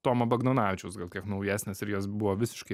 tomo bagdonavičiaus gal kiek naujesnės ir jos buvo visiškai